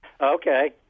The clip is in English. Okay